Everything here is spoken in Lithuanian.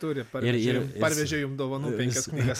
turi parvežė parvežė jum dovanų penkias knygas